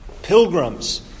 pilgrims